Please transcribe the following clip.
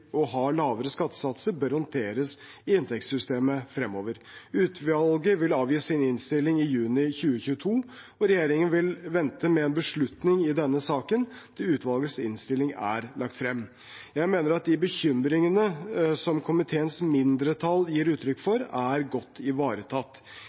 å ha lavere skattesatser bør håndteres i inntektssystemet fremover. Utvalget vil avgi sin innstilling i juni 2022. Regjeringen vil vente med en beslutning i denne saken til utvalgets innstilling er lagt frem. Jeg mener at de bekymringene som komiteens mindretall gir uttrykk